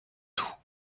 tout